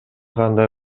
кандай